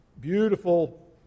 beautiful